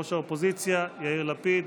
ראש האופוזיציה, יאיר לפיד.